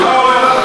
תודה רבה.